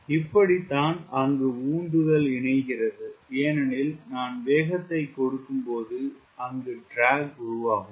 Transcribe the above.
இப்படிதான் அங்கு உந்துதல் இணைகிறது ஏனேனில் நான் வேகத்தை கொடுக்கும் போது அங்கு ட்ராக் உருவாகும்